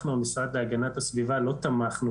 אנחנו המשרד להגנת הסביבה לא תמכנו